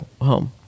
home